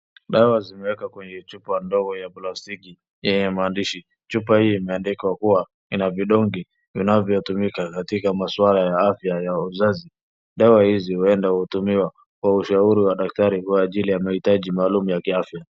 Dawa zimewekwa kwenye chupa ndogo ya plastiki yenye maandishi. Chupa hii imeandikwa kuwa, ina vidongi vinavyo tumika katika maswala ya afya ya uzazi, dawa hizi huwenda hutumiwa kwa ushauri wa daktari kwa ajili ya mahitaji maalum ya kiafya.